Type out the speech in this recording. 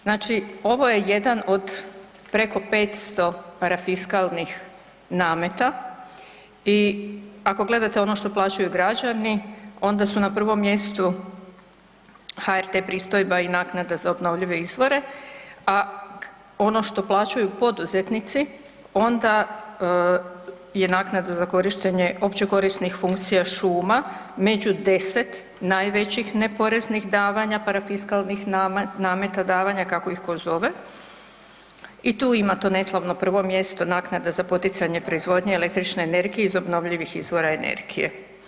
Znači ovo je jedan od preko 500 parafiskalnih nameta i ako gledate ono što plaćaju građani onda su na prvom mjestu HRT pristojba i naknada za obnovljive izvore, a ono što plaćaju poduzetnici onda je naknada za korištenje općekorisnih funkcija šuma među 10 najvećih neporeznih davanja parafiskalnih nameta, davanja kako ih tko zove i tu ima to neslavno prvo mjesto naknada za poticanje proizvodnje električne energije iz obnovljivih izvora energije.